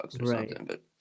right